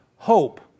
Hope